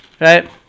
Right